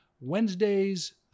Wednesdays